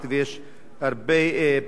זה עורק תחבורה ראשי,